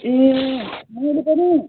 ए मेरो पनि